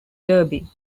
derby